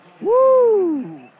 Woo